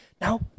Now